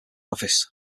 office